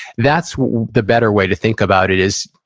that's the better way to think about it, is,